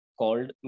called